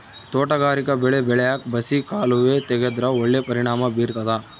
ತೋಟಗಾರಿಕಾ ಬೆಳೆ ಬೆಳ್ಯಾಕ್ ಬಸಿ ಕಾಲುವೆ ತೆಗೆದ್ರ ಒಳ್ಳೆ ಪರಿಣಾಮ ಬೀರ್ತಾದ